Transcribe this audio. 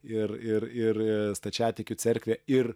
ir ir ir stačiatikių cerkvė ir